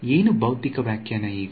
ಏನು ಬೌತಿಕ ವ್ಯಾಖ್ಯಾನ ಈಗ